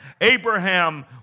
Abraham